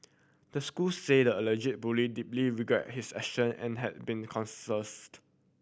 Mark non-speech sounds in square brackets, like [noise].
the school said the alleged bully deeply regret his action and has been [unintelligible]